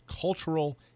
cultural